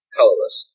colorless